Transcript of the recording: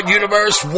universe